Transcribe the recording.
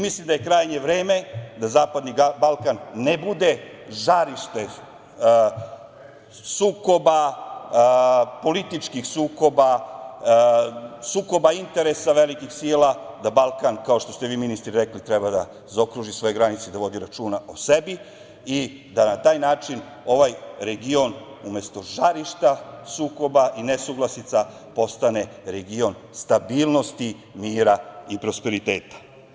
Mislim da je krajnje vreme da zapadni Balkan ne bude žarište sukoba, političkih sukoba, sukoba interesa velikih sila, da Balkan, kao što ste vi ministre rekli, treba da zaokruži svoje granice i da vodi računa o sebi i da na taj način ovaj region, umesto žarišta sukoba i nesuglasica postane region stabilnosti, mira i prosperiteta.